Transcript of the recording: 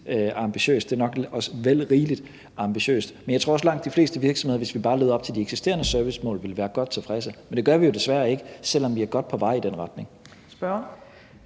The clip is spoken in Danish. Det er nok også vel rigeligt ambitiøs, men jeg tror også, at langt de fleste virksomheder, hvis vi bare levede op til de eksisterende servicemål, ville være godt tilfredse, men det gør vi jo desværre ikke, selv om vi er godt på vej i den retning.